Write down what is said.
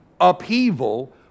upheaval